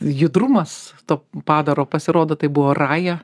judrumas to padaro pasirodo tai buvo raja